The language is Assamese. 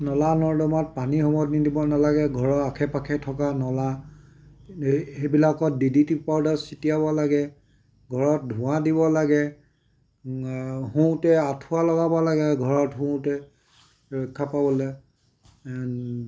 নলা নৰ্দমাত পানী হ'ব দিব নালাগে ঘৰৰ আশে পাশে থকা নলা এই সেইবিলাকত ডি ডি টি পাউদাৰ ছটিয়াব লাগে ঘৰত ধোঁৱা দিব লাগে শুওতে আঁঠুৱা লগাব লাগে ঘৰত শুওতে ৰক্ষা পাবলৈ